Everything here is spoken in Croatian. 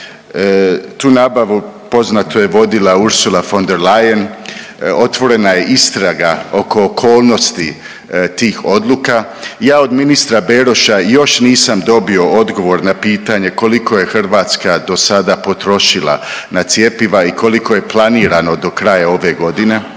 Tu nabavu poznatu je vodila Ursula von der Leyen, otvorena je istraga oko okolnosti tih odluka. Ja od ministra Beroša još nisam dobio odgovor na pitanje koliko je Hrvatska do sada potrošila na cjepiva i koliko je planirano do kraja ove godine.